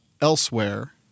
elsewhere